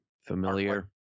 familiar